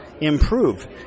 improve